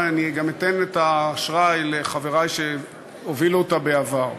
ואני גם אתן את האשראי לחברי שהובילו אותה בעבר.